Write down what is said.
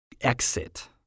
exit